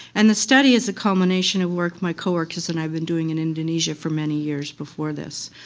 and the study is a culmination of work my co-workers and i have been doing in indonesia from many years before this.